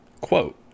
quote